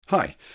Hi